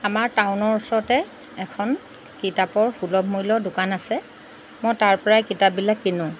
আমাৰ টাউনৰ ওচৰতে এখন কিতাপৰ সুলভ মূল্যৰ দোকান আছে মই তাৰ পৰায়ে কিতাপবিলাক কিনো